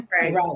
Right